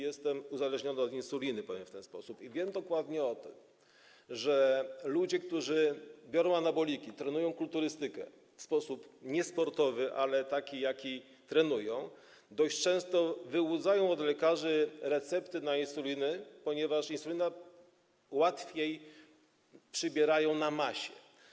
Jestem uzależniony od insuliny, powiem w ten sposób, i wiem dokładnie o tym, że ludzie, którzy biorą anaboliki, trenują kulturystykę w sposób niesportowy, ale taki, w jaki trenują, dość często wyłudzają od lekarzy recepty na insulinę, ponieważ insulina pozwala łatwiej przybierać na masie.